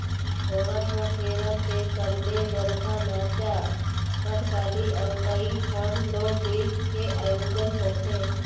ओणम म केरल के सबले बड़का नाचा कथकली अउ कइठन लोकगीत के आयोजन होथे